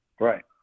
Right